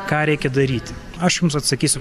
ką reikia daryti aš jums atsakysiu